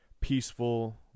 peaceful